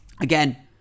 Again